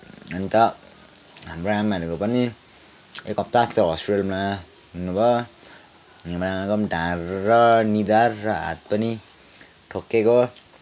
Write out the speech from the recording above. अन्त हाम्रो आमाहरूको पनि एक हप्ताजस्तो हस्पिटलमा एडमिट हुनुभयो हाम्रो आमाको ढाड र निधार र हात पनि ठोकिएको